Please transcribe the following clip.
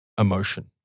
emotion